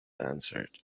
answered